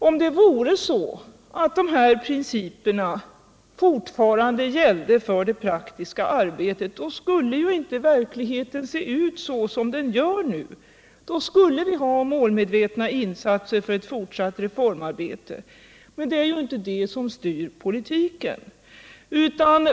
Om dessa principer fortfarande gällde för det praktiska arbetet, skulle verkligheten inte se ut som den gör nu. Då skulle inålmedvetna insatser göras för ett fortsatt reformarbete. Men dessa principer styr inte politiken.